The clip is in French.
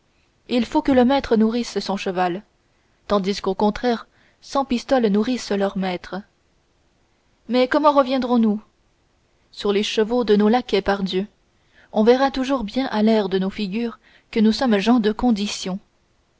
il faut que le maître nourrisse son cheval tandis qu'au contraire cent pistoles nourrissent leur maître mais comment reviendrons nous sur les chevaux de nos laquais pardieu on verra toujours bien à l'air de nos figures que nous sommes gens de condition